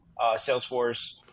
Salesforce